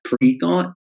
pre-thought